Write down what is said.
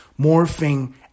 morphing